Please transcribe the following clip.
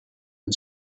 and